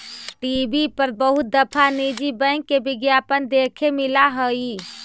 TV पर बहुत दफा निजी बैंक के विज्ञापन देखे मिला हई